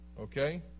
Okay